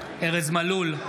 בעד ארז מלול,